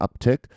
uptick